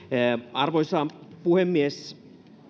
arvoisa puhemies